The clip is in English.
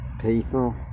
people